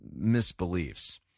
misbeliefs